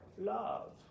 love